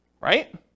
Right